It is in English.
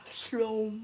slow